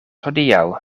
hodiaŭ